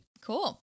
cool